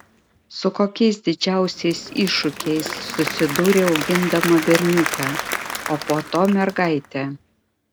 su kokiais didžiausiais iššūkiais susidūrei augindama berniuką o po to mergaitę